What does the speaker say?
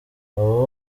abo